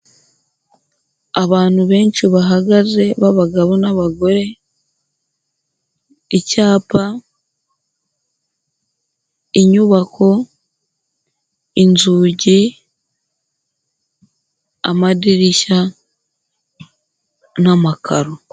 Abantu benshi bahagaze b'abagabo n'abagore, icyapa, inyubako, inzugi, amadirishya n'amakaro.